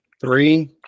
Three